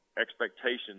expectations